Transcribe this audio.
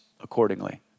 accordingly